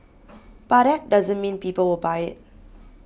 but that doesn't mean people will buy it